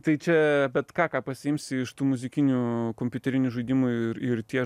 tai čia bet ką ką pasiimsi iš tų muzikinių kompiuterinių žaidimų ir ir tie